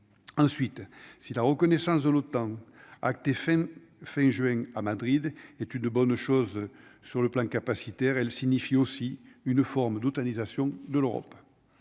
ensuite si la reconnaissance de l'OTAN fin fin juin à Madrid est une bonne chose sur le plan capacitaire, elle signifie aussi une forme d'août nisation de l'Europe